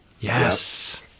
Yes